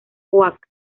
oak